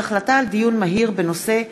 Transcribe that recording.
דיון מהיר בהצעה של חבר הכנסת נחמן שי בנושא: